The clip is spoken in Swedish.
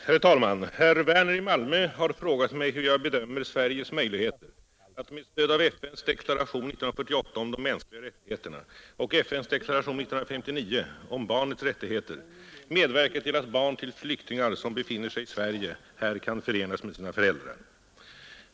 Herr talman! Herr Werner i Malmö har frågat mig hur jag bedömer Sveriges möjligheter att med stöd av FN:s deklaration 1948 om de mänskliga rättigheterna och FN:s deklaration 1959 om barnets rättigheter medverka till att barn till flyktingar som befinner sig i Sverige här kan förenas med sina föräldrar.